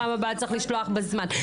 פעם הבאה צריך לשלוח בזמן.